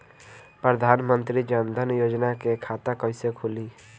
प्रधान मंत्री जनधन योजना के खाता कैसे खुली?